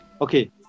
okay